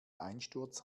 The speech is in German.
einsturz